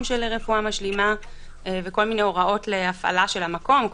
של רפואה משלימה וכל מיני הוראות להפעלת המקום.